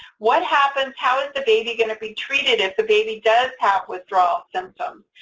what happens? how is the baby going to be treated if the baby does have withdrawal symptom?